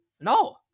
No